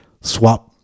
swap